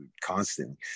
constantly